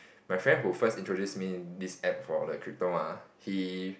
my friend who first introduce me this App for the crypto ah he